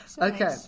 Okay